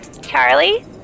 Charlie